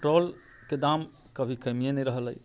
पेट्रोलके दाम कभी कमिये नहि रहल अइ